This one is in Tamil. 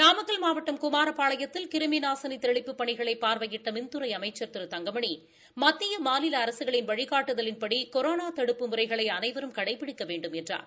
நாமக்கல் மாவட்டம் குமாரபாளையத்தில் கிரிமி நாசினி தெளிப்புப் பணிகளை பார்வையிட்ட மின்துறை அமைச்ச் திரு தங்கமணி மத்திய மாநில அரசுகளின் வழிகாட்டுதலின்படி கொரோனா தடுப்பு முறைகளை அனைவரும் கடைபிடிக்க வேண்டும் என்றார்